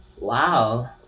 Wow